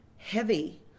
heavy